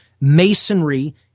Masonry